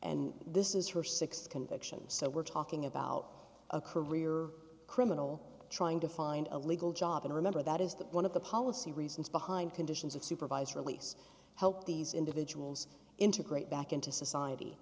and this is her th conviction so we're talking about a career criminal trying to find a legal job and remember that is that one of the policy reasons behind conditions of supervised release helped these individuals integrate back into society